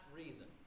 reason